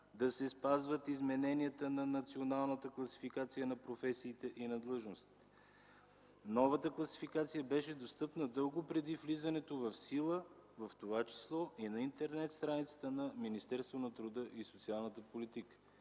да се спазват измененията на Националната класификация на професиите и на длъжностите. Новата класификация беше достъпна дълго преди влизането в сила, в това число и на интернет страницата на Министерството на труда и социалната политика.